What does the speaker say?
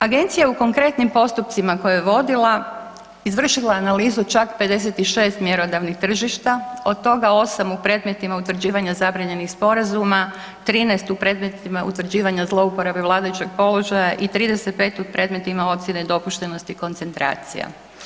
Agencija u konkretnim postupcima koje je vodila, izvršila je analizu čak 56 mjerodavnih tržišta, od toga 8 u predmetima utvrđivanja zabranjenih sporazuma, 13 u predmetima utvrđivanja zlouporabe vladajućeg položaja i 35 u predmetima ocjene nedopuštenosti koncentracija.